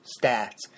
stats